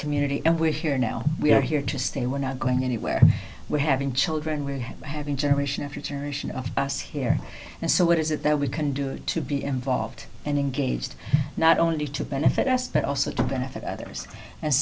community and we're here now we're here to stay we're not going anywhere we're having children we're having generation after generation of us here and so what is it that we can do to be involved and engaged not only to benefit us but also to benefit others and